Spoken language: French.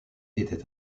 était